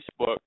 Facebook